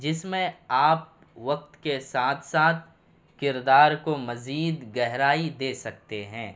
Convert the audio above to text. جس میں آپ وقت کے ساتھ ساتھ کردار کو مزید گہرائی دے سکتے ہیں